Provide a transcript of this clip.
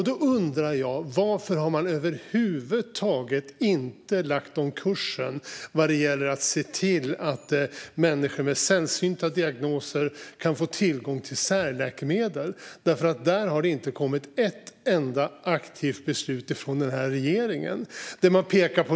Då undrar jag: Varför har man över huvud taget inte lagt om kursen för att se till att människor med sällsynta diagnoser kan få tillgång till särläkemedel? I fråga om det har det nämligen inte kommit ett enda aktivt beslut från den här regeringen.